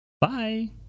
Bye